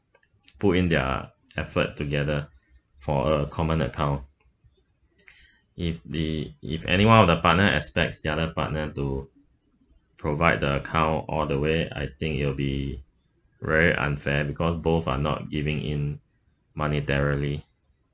put in their effort together for a common account if the if any one of the partner expects the other partner to provide the account all the way I think it'll be very unfair because both are not giving in money directly